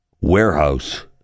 warehouse